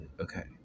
Okay